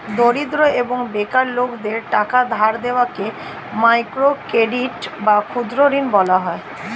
দরিদ্র এবং বেকার লোকদের টাকা ধার দেওয়াকে মাইক্রো ক্রেডিট বা ক্ষুদ্র ঋণ বলা হয়